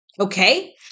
Okay